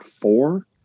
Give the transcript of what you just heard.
four